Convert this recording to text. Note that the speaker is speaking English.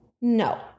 No